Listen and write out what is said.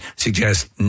Suggest